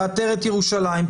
עטרת ירושלים,